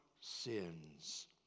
sins